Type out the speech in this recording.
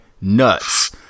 Nuts